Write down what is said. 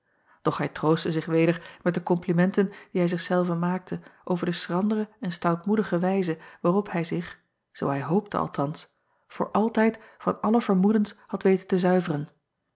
doch hij troostte zich weder met de komplimenten die hij zich zelven maakte over de schrandere en stoutmoedige wijze waarop hij zich zoo hij hoopte althans voor altijd van alle vermoedens had weten te zuiveren